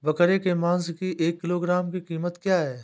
बकरे के मांस की एक किलोग्राम की कीमत क्या है?